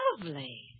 lovely